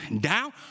down